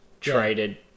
traded